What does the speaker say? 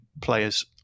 players